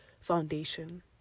foundation